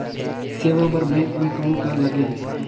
सेवा बर बैंक मे कौन का लगेल?